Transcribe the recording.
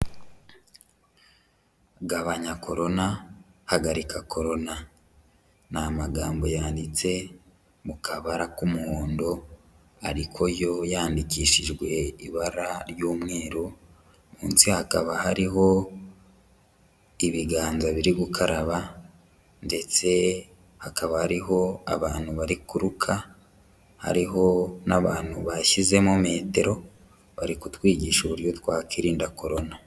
Gabanya korona, hagarika korona, ni amagambo yanditse mu kabara k'umuhondo ariko yo yandikishijwe ibara ry'umweru, munsi hakaba hariho ibiganza biri gukaraba ndetse hakaba hariho abantu bari kuruka, hariho n'abantu bashyizemo metero, bari kutwigisha uburyo twakirinda korona.